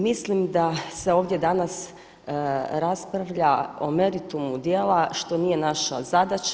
Mislim da se ovdje danas raspravlja o meritumu djela što nije naša zadaća.